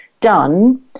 done